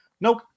Nope